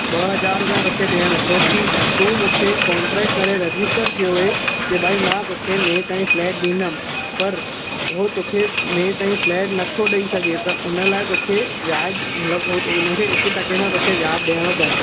ॿ हज़ार रुपिया तोखे ॾियणु छोकी तूं मूंखे कोन्ट्रेक करे रजिस्टर कयो वई के भई मां तोखे मे ताईं फ्लेट डींदमि पर हो तोखे मे ताईं फ्लेट नथो ॾेई सघे त उन लाइ तोखे व्याज मतलबु हुन खे हिक टके सां तोखे व्याजु ॾियणो पए